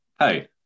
Hey